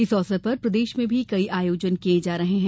इस अवसर पर प्रदेश में भी कई आयोजन किये जा रहे हैं